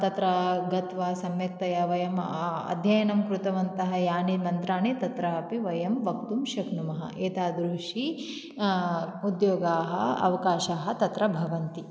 तत्र गत्वा सम्यक्तया वयम् अध्ययनं कृतवन्तः यानि मन्त्राणि तत्रापि वयं वक्तुं शक्नुमः एतादृशी उद्योगाः अवकाशाः तत्र भवन्ति